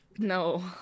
No